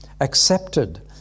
accepted